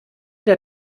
der